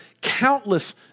countless